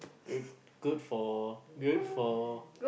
good good for good for